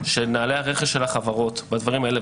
שמנהלי הרכש של החברות הדברים האלה,